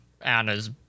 Anna's